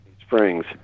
Springs